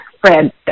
Fred